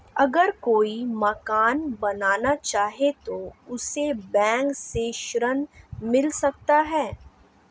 अगर कोई मकान बनाना चाहे तो उसे बैंक से ऋण मिल सकता है?